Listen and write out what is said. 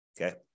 okay